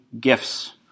gifts